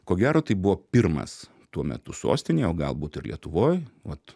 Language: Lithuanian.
ko gero tai buvo pirmas tuo metu sostinėje o galbūt ir lietuvoj vat